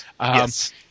Yes